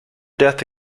death